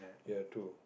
ya two